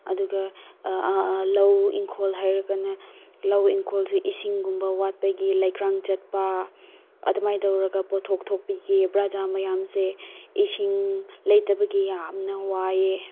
ꯑꯗꯨꯒ ꯂꯧ ꯏꯪꯈꯣꯜ ꯍꯥꯏꯔꯒꯅ ꯂꯧ ꯏꯪꯈꯣꯜꯁꯦ ꯏꯁꯤꯡꯒꯨꯝꯕ ꯋꯥꯠꯄꯒꯤ ꯂꯩꯀ꯭ꯔꯛ ꯆꯠꯄ ꯑꯗꯨꯃꯥꯏ ꯇꯧꯔꯒ ꯄꯣꯠꯊꯣꯛ ꯊꯣꯛꯄꯤꯒꯦ ꯄ꯭ꯔꯖꯥ ꯃꯌꯥꯝꯁꯦ ꯏꯁꯤꯡ ꯂꯩꯇꯕꯒꯤ ꯌꯥꯝꯅ ꯋꯥꯏꯦꯑꯦ